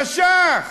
נשך.